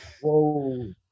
Whoa